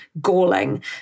galling